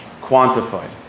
quantified